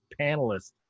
panelists